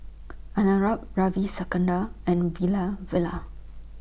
Arnab Ravi Shankar and